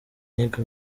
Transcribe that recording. nic